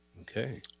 Okay